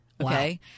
okay